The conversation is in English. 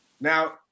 now